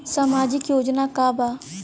सामाजिक योजना का बा?